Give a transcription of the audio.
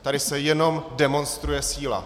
Tady se jenom demonstruje síla.